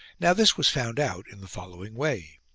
now this was found out in the following way.